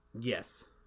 Yes